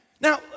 Now